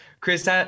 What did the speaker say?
Chris